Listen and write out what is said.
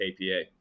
KPA